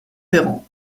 ferrand